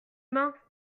mains